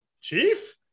Chief